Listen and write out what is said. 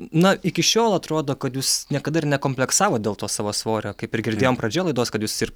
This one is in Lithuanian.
na iki šiol atrodo kad jūs niekada ir nekompleksavot dėl to savo svorio kaip ir girdėjom pradžioje laidos kad jus ir